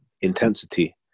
intensity